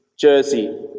Jersey